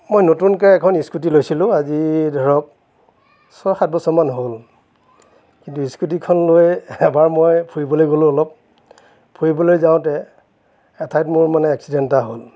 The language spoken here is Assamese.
মই নতুনকৈ এখন স্কুটি লৈছিলোঁ আজি ধৰক ছয় সাত বছৰমান হ'ল কিন্তু স্কুটিখন লৈ এবাৰ মই ফুৰিবলৈ গ'লোঁ অলপ ফুৰিবলৈ যাওঁতে এঠাইত মোৰ মানে এক্সিডেণ্ট এটা হ'ল